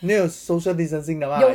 没有 social distancing 的啦